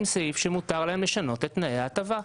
סעיף שמותר להם לשנות את תנאי ההטבה.